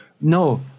No